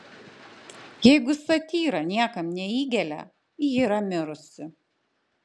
jeigu satyra niekam neįgelia ji yra mirusi